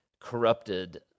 corrupted